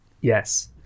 Yes